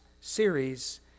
series